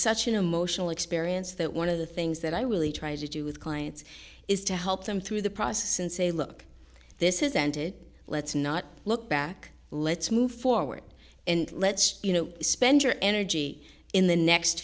such an emotional experience that one of the things that i really try to do with clients is to help them through the process and say look this isn't it let's not look back let's move forward and let's you know spend your energy in the next